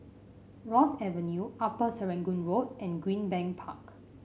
Ross Avenue Upper Serangoon Road and Greenbank Park